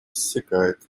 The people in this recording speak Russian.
иссякает